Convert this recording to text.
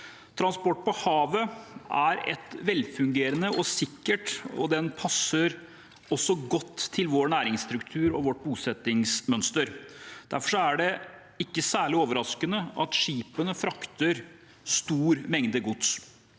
Transport på havet er velfungerende og sikkert og passer også godt til vår næringsstruktur og vårt bosettingsmønster. Derfor er det ikke særlig overraskende at skipene frakter store mengder gods.